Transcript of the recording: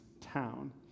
town